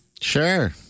Sure